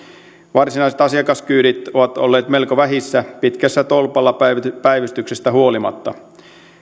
varsinaiset asiakaskyydit ovat olleet melko vähissä pitkästä tolpalla päivystyksestä huolimatta